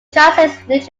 translates